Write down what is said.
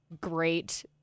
great